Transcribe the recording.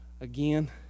again